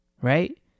right